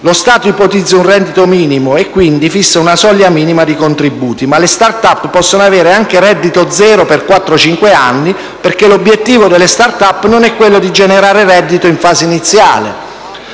Lo Stato ipotizza un reddito minimo e, quindi, fissa una soglia minima di contributi. Ma le *start-up* possono avere anche reddito zero per quattro o cinque anni, perché l'obiettivo delle *start-up* non è quello di generare reddito in fase iniziale.